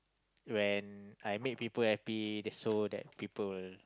when I make people happy they so that people